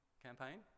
campaign